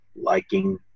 liking